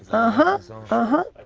ah huh,